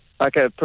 Okay